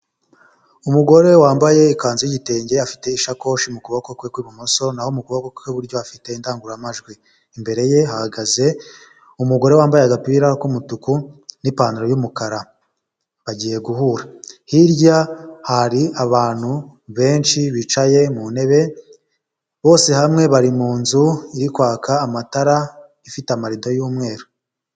Umugore wambaye ikanzu y'igitenge afite isakoshi mu kuboko kwe kw'ibumoso, naho mu kuboko kwe kw'iburyo afite indangururamajwi, imbere ye hahagaze umugore wambaye agapira k'umutuku n'ipantaro y'umukara bagiye guhura, hirya hari abantu benshi bicaye mu ntebe bose hamwe bari mu nzu iri kwaka amatara ifite amarido y'umweru.